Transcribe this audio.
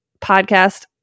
podcast